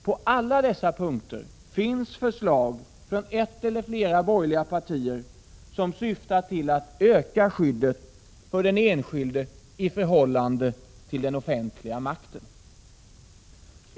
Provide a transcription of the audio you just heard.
På alla dessa punkter finns det förslag från ett eller flera borgerliga partier som syftar till att öka skyddet för den enskilde i förhållande till den offentliga makten.